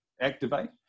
activate